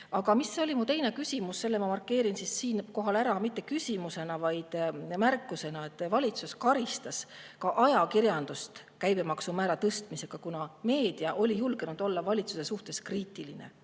Mul oli teine küsimus, ma markeerin selle siinkohal ära mitte küsimusena, vaid märkusena. Valitsus karistas ka ajakirjandust käibemaksumäära tõstmisega, kuna meedia oli julgenud olla valitsuse suhtes kriitiline.